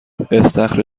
استخر